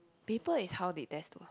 paper is how they intend to ah